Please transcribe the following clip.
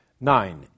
nine